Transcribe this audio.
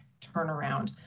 turnaround